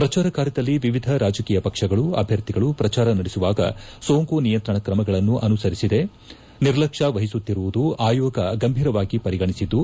ಪ್ರಚಾರ ಕಾರ್ಯದಲ್ಲಿ ವಿವಿಧ ರಾಜಕೀಯ ಪಕ್ಷಗಳು ಅಭ್ಯರ್ಥಿಗಳು ಪ್ರಚಾರ ನಡೆಸುವಾಗ ಸೋಂಕು ನಿಯಂತ್ರಣ ಕ್ರಮಗಳನ್ನು ಅನುಸರಿಸಿದೆ ನಿರ್ಲಕ್ಷ್ಮ ವಹಿಸುತ್ತಿರುವುದನ್ನು ಆಯೋಗ ಗಂಭೀರವಾಗಿ ಪರಿಗಣಿಸಿದ್ದು